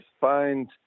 find